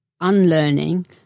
unlearning